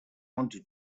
wanted